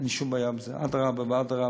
אין שום בעיה בזה, אדרבה ואדרבה.